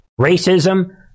racism